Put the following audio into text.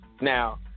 Now